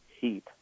heat